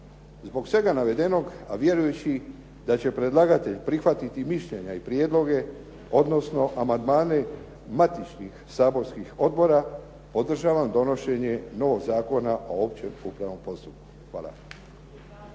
Zbog svega navedenog, a vjerujući da će predlagatelj prihvatiti mišljenja i prijedloge, odnosne amandmane matičnih saborskih odbora, podržavam donošenje novog Zakona o općem upravnom postupku. Hvala.